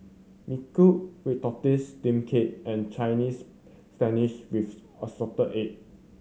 Mui Kee red tortoise steamed cake and Chinese Spinach with assorted egg